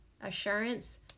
assurance